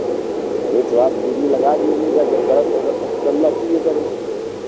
अरे तो आप डिग्री लगा दीजिएगा जब गलत होगा करो